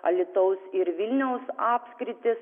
alytaus ir vilniaus apskritys